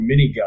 minigun